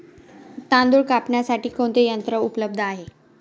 तांदूळ कापण्यासाठी कोणते यंत्र उपलब्ध आहे?